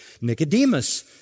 Nicodemus